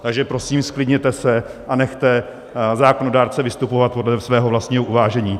Takže prosím, zklidněte se a nechte zákonodárce vystupovat podle svého vlastního uvážení.